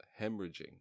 hemorrhaging